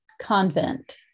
convent